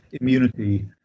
immunity